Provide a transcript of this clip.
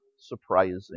surprising